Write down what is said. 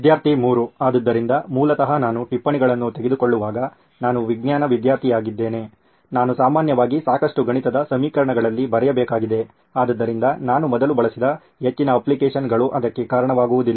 ವಿದ್ಯಾರ್ಥಿ 3 ಆದ್ದರಿಂದ ಮೂಲತಃ ನಾನು ಟಿಪ್ಪಣಿಗಳನ್ನು ತೆಗೆದುಕೊಳ್ಳುವಾಗ ನಾನು ವಿಜ್ಞಾನ ವಿದ್ಯಾರ್ಥಿಯಾಗಿದ್ದೇನೆ ನಾನು ಸಾಮಾನ್ಯವಾಗಿ ಸಾಕಷ್ಟು ಗಣಿತದ ಸಮೀಕರಣಗಳಲ್ಲಿ ಬರೆಯಬೇಕಾಗಿದೆ ಆದ್ದರಿಂದ ನಾನು ಮೊದಲು ಬಳಸಿದ ಹೆಚ್ಚಿನ ಅಪ್ಲಿಕೇಶನ್ಗಳು ಅದಕ್ಕೆ ಕಾರಣವಾಗುವುದಿಲ್ಲ